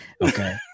Okay